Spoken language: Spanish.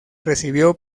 recibió